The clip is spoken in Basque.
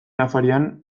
afarian